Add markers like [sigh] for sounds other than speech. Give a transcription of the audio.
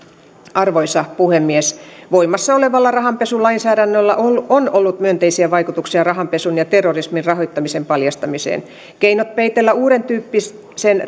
arvoisa puhemies voimassa olevalla rahanpesulainsäädännöllä on on ollut myönteisiä vaikutuksia rahanpesun ja terrorismin rahoittamisen paljastamiseen keinot peitellä uudentyyppisen [unintelligible]